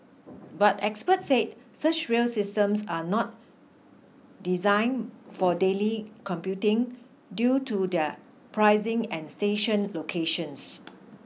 but experts said such rail systems are not designed for daily commuting due to their pricing and station locations